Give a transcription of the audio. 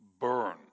burn